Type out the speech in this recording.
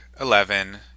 eleven